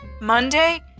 Monday